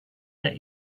let